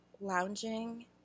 lounging